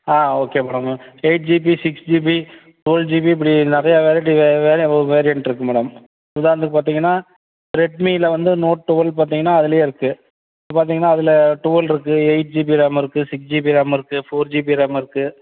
ஆ okay madam eight GB six GB four GB இப்படி நிறையா வெரைட்டியில வேறு வேரியண்ட் இருக்கு மேடம் உதாரணத்துக்கு பார்த்தீங்கன்னா ரெட்மியில வந்து நோட் டுவல் பார்த்தீங்கன்னா அதுலையே இருக்கு இப்போ பார்த்தீங்கன்னா அதில் டுவல் இருக்கு எயிட் ஜிபி ரேமு இருக்கு சிக்ஸ் ஜிபி ரேமு இருக்கு ஃபோர் ஜிபி ரேம் இருக்கு